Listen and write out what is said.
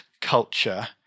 culture